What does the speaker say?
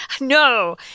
No